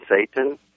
Satan